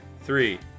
three